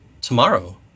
tomorrow